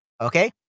Okay